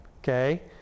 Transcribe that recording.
Okay